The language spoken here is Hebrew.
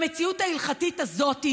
במציאות ההלכתית הזאת,